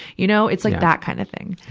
you know, it's like that kind of thing.